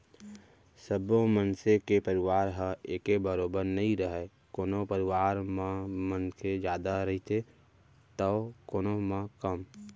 सब्बो मनसे के परवार ह एके बरोबर नइ रहय कोनो परवार म मनसे जादा रहिथे तौ कोनो म कम